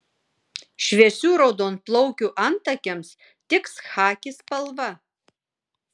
šviesių raudonplaukių antakiams tiks chaki spalva